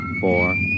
four